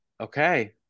okay